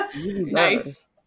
Nice